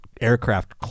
aircraft